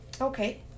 Okay